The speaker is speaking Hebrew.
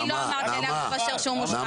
החוק מושחת, אני לא אמרתי על יעקב אשר שהוא מושחת.